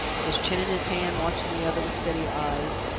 his chin in his hand, watching the other with steady eyes,